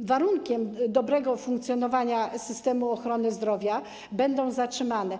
warunkiem dobrego funkcjonowania systemu ochrony zdrowia, będą zatrzymane.